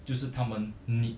就是他们 need